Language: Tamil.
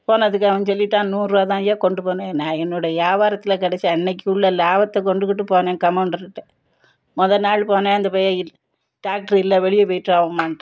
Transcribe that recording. போனதுக்கு அவன் சொல்லிட்டான் நூறுபா தான்யா கொண்டு போனேன் நான் என்னுடைய வியாபாரத்தில் கிடச்ச அன்றைக்கு உள்ள லாபத்தை கொண்டுக்கிட்டு போனேன் கம்மோன்ரு கிட்ட முத நாள் போனேன் அந்த பைய டாக்டரு இல்லை வெளிய போயிட்டாருவோம்மான்டான்